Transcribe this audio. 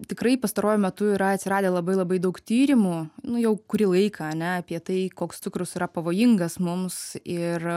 tikrai pastaruoju metu yra atsiradę labai labai daug tyrimų nu jau kurį laiką ane apie tai koks cukrus yra pavojingas mums ir